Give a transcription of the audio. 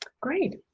Great